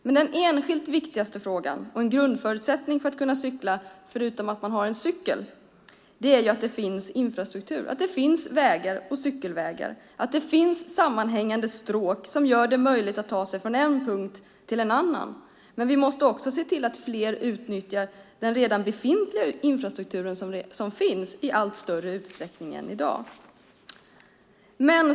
Men den enskilt viktigaste frågan och en grundförutsättning för att kunna cykla, förutom att man har en cykel, är att det finns infrastruktur, att det finns vägar och cykelvägar och att det finns sammanhängande stråk som gör det möjligt att ta sig från en punkt till en annan. Men vi måste också se till att fler utnyttjar den redan befintliga infrastrukturen i större utsträckning än i dag.